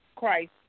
Christ